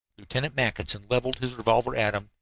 lieutenant mackinson leveled his revolver at them,